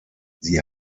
sie